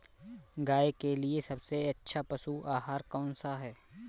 गाय के लिए सबसे अच्छा पशु आहार कौन सा है?